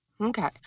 Okay